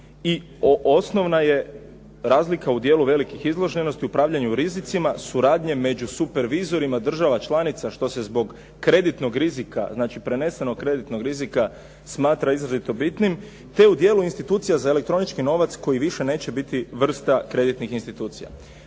i osnovna je razlika u dijelu velikih izloženosti, upravljanju rizicima, suradnje među supervizorima država članica što se zbog kreditnog rizika, znači prenesenog kreditnog rizika smatra izrazito bitnim te u dijelu institucija za elektronički novac koji više neće biti vrsta kreditnih institucija.